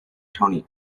tiny